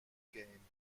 game